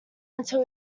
until